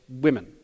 women